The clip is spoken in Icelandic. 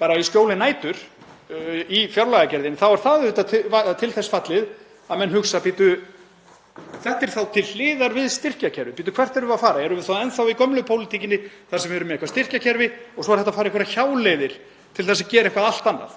bara í skjóli nætur, þá er það auðvitað til þess fallið að menn hugsa: Bíddu, þetta er þá til hliðar við styrkjakerfið. Bíddu, hvert erum við að fara? Erum við enn þá í gömlu pólitíkinni þar sem við erum með eitthvert styrkjakerfi og svo er hægt að fara einhverjar hjáleiðir til að gera eitthvað allt annað?